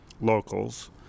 locals